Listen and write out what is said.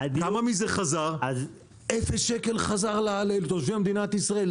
0 שקל חזר לתושבי מדינת ישראל,